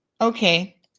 okay